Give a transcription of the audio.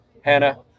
hannah